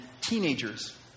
teenagers